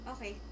Okay